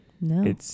No